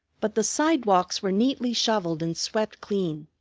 but the sidewalks were neatly shoveled and swept clean,